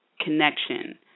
connection